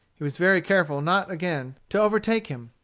he was very careful not again to overtake him.